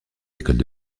écoles